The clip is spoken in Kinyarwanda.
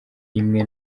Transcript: imwe